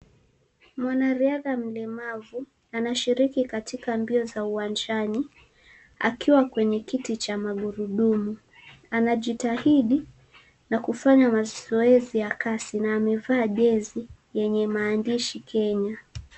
Mwanariadha mlemavu anashiriki katika mbio za uwanjani akiwa kwenye kiti cha magurudumu anajitahidi na kufanya mazoezi ya kasi na amevaa jezi yenye maandishi Kenya.